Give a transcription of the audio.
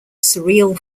surreal